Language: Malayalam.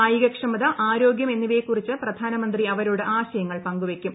കായികക്ഷമത ആരോഗ്യം എന്നിവയെക്കുറിച്ച് പ്രധാനമന്ത്രി അവരോട് ആശയങ്ങൾ പങ്കുവെ ക്കും